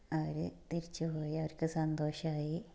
അവർ തിരിച്ചു പോയി അവർക്ക് സന്തോഷമായി